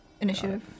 Initiative